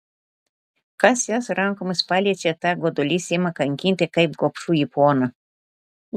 kas jas rankomis paliečia tą godulys ima kankinti kaip gobšųjį poną